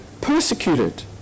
persecuted